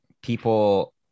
people